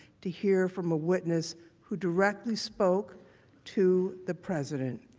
to hear from a witness who directly spoke to the president,